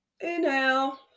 Inhale